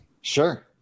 Sure